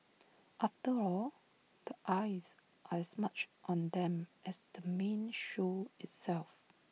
after all the eyes are as much on them as the main show itself